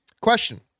question